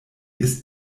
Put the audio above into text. ist